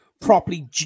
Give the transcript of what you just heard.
properly